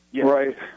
Right